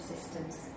systems